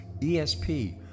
ESP